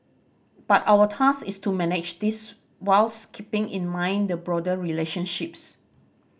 but our task is to manage this whilst keeping in mind the broader relationships